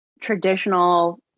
traditional